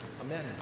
Amen